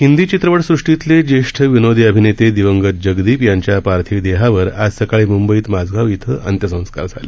हिंदी चित्रपटसृष्टीतले ज्येष्ठ विनोदी अभिनेते दिवंगत जगदीप यांच्या पार्थिव देहावर आज सकाळी मुंबईत माझगाव इथं अंत्यसंस्कार झाले